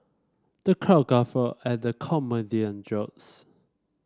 the crowd guffawed at the comedian jokes